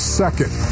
second